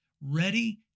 ready